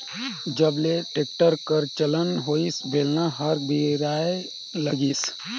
जब ले टेक्टर कर चलन होइस बेलना हर बिसराय लगिस